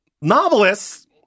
Novelists